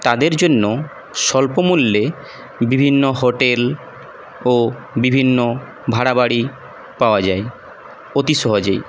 তাদের জন্য স্বল্প মূল্যে বিভিন্ন হোটেল ও বিভিন্ন ভাড়া বাড়ি পাওয়া যায় অতি সহজেই